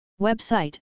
Website